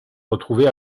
retrouvée